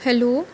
hello